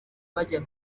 bajya